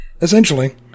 Essentially